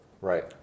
Right